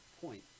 point